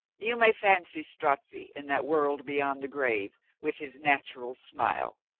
you may fancy strozzi in that world beyond the grave with his natural smile.